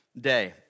Day